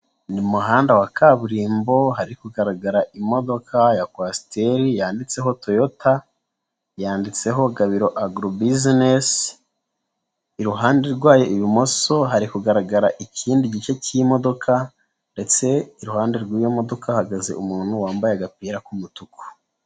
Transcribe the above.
Mu muhanda wa kaburimbo hari kugaragara imodoka ya kwasiteri yanditseho toyota yanditseho Gabiro agorobizinesi iruhande rwayo ibumoso hari kugaragara ikindi gice k'imodoka ndetse iruhande rw'iyo modoka hahagaze umuntu wambaye agapira k'umutuku.